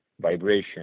vibration